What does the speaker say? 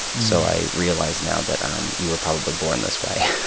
so i realize now that um you were probably born this way aww,